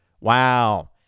Wow